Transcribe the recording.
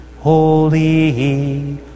holy